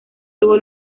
tuvo